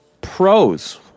pros